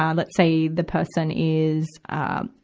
um let's say the person is, ah,